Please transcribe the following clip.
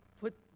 put